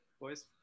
boys